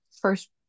first